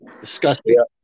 Disgusting